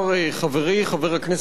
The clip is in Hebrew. חבר הכנסת ברכה,